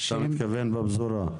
אתה מתכוון בפזורה?